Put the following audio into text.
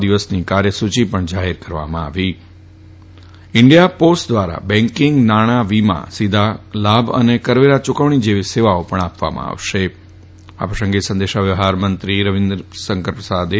દિવસની કાર્યસૂચિ જાહેર કરવામાં આવી હતી ઈતેન્ડયા પોસ્ટ દ્વારા બેન્કીંગ નાણાં વીમા સીધા લાભ અને કરવેરા યુકવણી જેવી સેવાઓ પણ આપવામાં આવશેઆ પ્રસંગે સંદેશા વ્યવહાર મંત્રી રવિશંકર પ્રસાદે